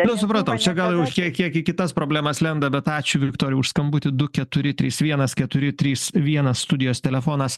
nu supratau čia gal jau kiek kiek į kitas problemas lenda bet ačiū viktorijai už skambutį du keturi trys vienas keturi trys vienas studijos telefonas